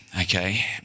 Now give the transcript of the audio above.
okay